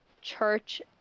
church